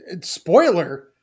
spoiler